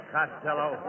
Costello